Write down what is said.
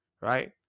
right